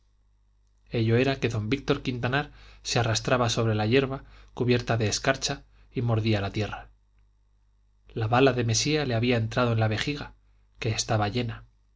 ello era que don víctor quintanar se arrastraba sobre la hierba cubierta de escarcha y mordía la tierra la bala de mesía le había entrado en la vejiga que estaba llena